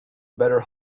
better